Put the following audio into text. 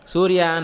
Surya